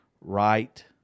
right